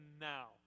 now